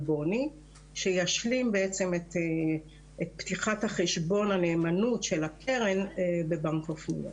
BONY שישלים בעצם את פתיחת חשבון הנאמנות של הקרן ב-bank of new york.